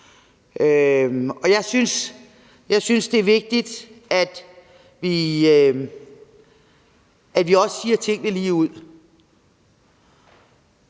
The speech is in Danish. Jeg synes, det er vigtigt, at vi også siger tingene lige ud.